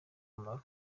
akamaro